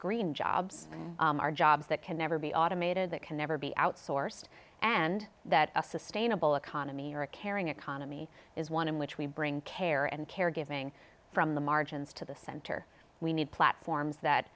green jobs are jobs that can never be automated that can never be outsourced and that a sustainable economy or a caring economy is one in which we bring care and caregiving from the margins to the center we need platforms that